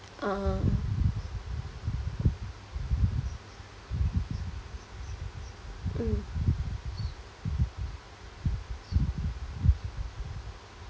uh mm